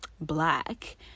black